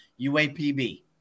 UAPB